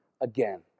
again